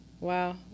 wow